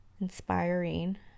inspiring